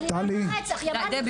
אבל היא לא אמרה, היא אמרה נרצחה אישה.